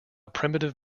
primitive